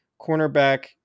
cornerback